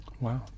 Wow